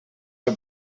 que